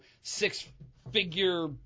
six-figure